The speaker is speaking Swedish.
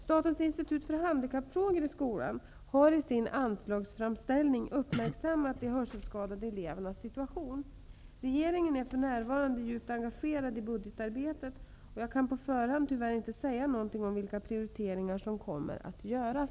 Statens institut för handikappfrågor i skolan har i sin anslagsframställning uppmärksammat de hörselskadade elevernas situation. Regeringen är för närvarande djupt engagerad i budgetarbetet och jag kan på förhand tyvärr inte säga någonting om vilka prioriteringar som kommer att göras.